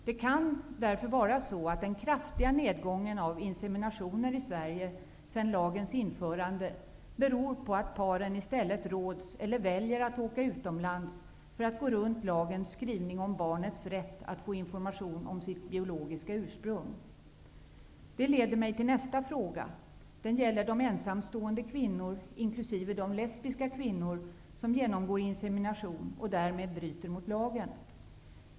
Det kan vara så att den kraftiga nedgången av inseminationer i Sverige sedan lagens införande beror på att paren i stället råds eller väljer att åka utomlands, för att gå runt lagens skrivning om barnets rätt att få information om sitt biologiska ursprung. Det leder mig till nästa fråga. Den gäller de ensamstående kvinnor inkl. de lesbiska kvinnor som genomgår insemination och därmed bryter mot lagen.